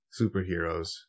superheroes